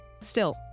Still